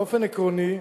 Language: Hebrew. באופן עקרוני,